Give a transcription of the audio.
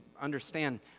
understand